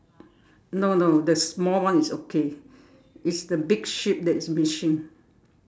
no no the small one is okay it's the big sheep that is missing